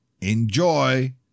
Enjoy